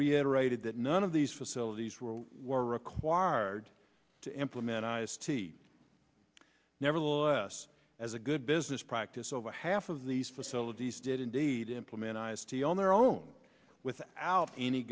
reiterated that none of these facilities were were required to implement i s t nevertheless as a good business practice over half of these facilities did indeed implemented stay on their own without any